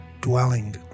dwelling